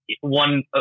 one